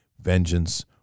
vengeance